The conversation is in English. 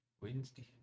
Wednesday